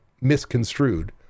misconstrued